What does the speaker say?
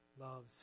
loves